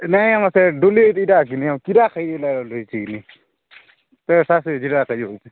ନାଇଁ ଆମର ସେ ଡୁଲି ଦୁଇଟା ଅଛି ନେଅ କିରା ଖାଇ ଯେମ୍ତି